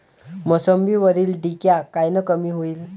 मोसंबीवरील डिक्या कायनं कमी होईल?